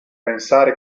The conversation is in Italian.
pensare